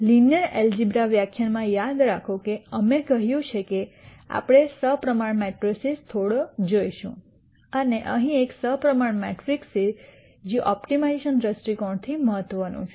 linear algebra વ્યાખ્યાનમાં યાદ રાખો કે અમે કહ્યું છે કે આપણે સપ્રમાણ મેટ્રિસીસ થોડો જોશું અને અહીં એક સપ્રમાણ મેટ્રિક્સ છે જે ઓપ્ટિમાઇઝેશન દૃષ્ટિકોણથી મહત્વનું છે